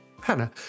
Hannah